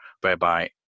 whereby